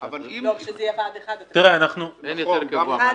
חשוב שזה יהיה ועד אחד, אחיד ויחיד.